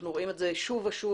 אנחנו רואים את זה שוב ושוב,